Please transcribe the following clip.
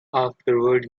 afterward